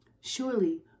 Surely